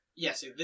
Yes